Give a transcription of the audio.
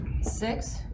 Six